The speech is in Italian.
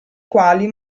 quali